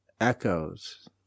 echoes